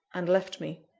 and left me.